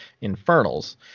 Infernals